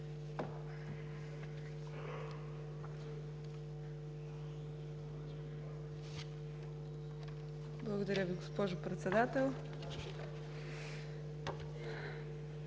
Благодаря Ви, госпожо Председател.